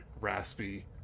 raspy